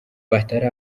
batari